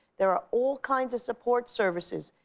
there are all kinds of support services.